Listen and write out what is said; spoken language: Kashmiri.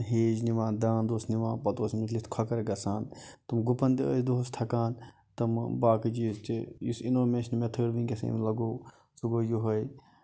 ہیجۍ نِوان داند اوس نِوان پَتہٕ اوس لِتھٕ کھۄکھر گژھان تِم گُپَن تہِ ٲسۍ دۄہَس تَکان تِم باقٕے چیٖز تہِ یُس اِنوینشَن میتھڑ ؤنکٮ۪س أمۍ لَگوو سُہ گوٚو یِہوے